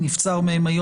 ונבצר מהם,